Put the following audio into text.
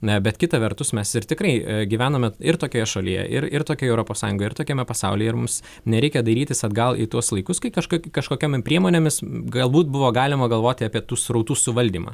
ne bet kita vertus mes ir tikrai gyvename ir tokioje šalyje ir ir tokioj europos sąjungoje ir tokiame pasaulyje ir mums nereikia dairytis atgal į tuos laikus kai kažkaip kažkokiom priemonėmis gal būt buvo galima galvoti apie tų srautų suvaldymą